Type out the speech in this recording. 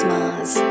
Mars